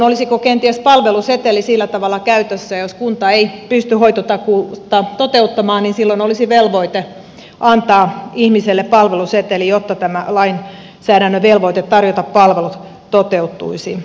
olisiko kenties palveluseteli sillä tavalla käytössä että jos kunta ei pysty hoitotakuutaan toteuttamaan niin silloin olisi velvoite antaa ihmiselle palveluseteli jotta tämä lainsäädännön velvoite tarjota palvelut toteutuisi